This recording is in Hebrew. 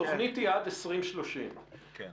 התוכנית היא עד 2030. כן.